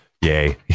Yay